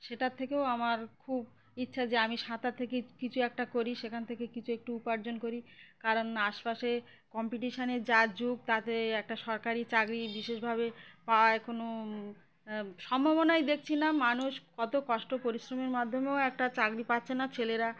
সেটার থেকেও আমার খুব ইচ্ছা যে আমি সাঁতার থেকে কিছু একটা করি সেখান থেকে কিছু একটু উপার্জন করি কারণ আশপাশে কম্পিটিশানের যা যুগ তাতে একটা সরকারি চাকরি বিশেষভাবে পাওয়াএ কোনও সম্ভাবনাই দেখছি না মানুষ কত কষ্ট পরিশ্রমের মাধ্যমেও একটা চাকরি পাচ্ছে না ছেলেরা